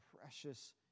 precious